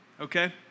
okay